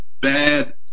bad